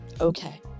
okay